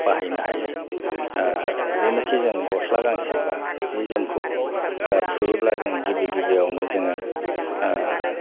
बाहायनो हायो जेनिखि जों गस्ला गांसे बा जि जोमखौ सुयोब्ला जों गिबि गिबियावनो जोङो